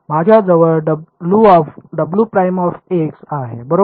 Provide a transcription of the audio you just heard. माझ्या जवळ आहे बरोबर